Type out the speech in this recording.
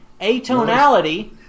atonality